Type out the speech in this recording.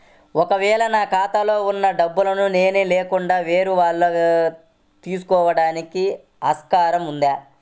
ఒక వేళ నా ఖాతాలో వున్న డబ్బులను నేను లేకుండా వేరే వాళ్ళు తీసుకోవడానికి ఆస్కారం ఉందా?